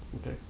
okay